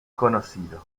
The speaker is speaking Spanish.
conocido